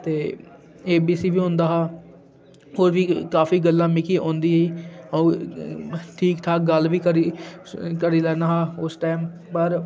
ते एबीसी बी औंदा हा और बी काफी गल्लां मिकी औंदियां ही अ'ऊं ठीक ठाक गल्ल बी करी करी लैंदा हा उस टाइम पर